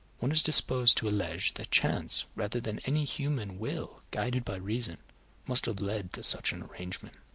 one is disposed to allege that chance rather than any human will guided by reason must have led to such an arrangement.